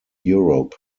europe